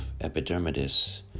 Epidermidis